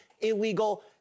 illegal